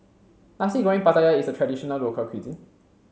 Nasi Goreng Pattaya is a traditional local cuisine